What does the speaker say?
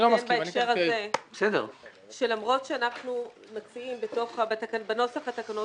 למרות שבנוסח התקנות